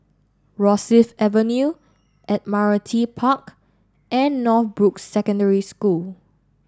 Rosyth Avenue Admiralty Park and Northbrooks Secondary School